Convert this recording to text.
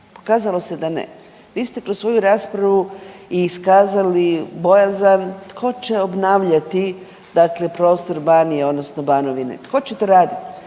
Pokazalo se da ne. Vi ste kroz svoju raspravu iskazali bojazan, tko će obnavljati prostor Banije odnosno Banovine, tko će to radit,